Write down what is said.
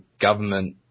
government